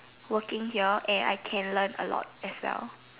working here and I can learn a lot as well